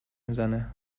میزنه